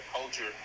culture